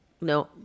No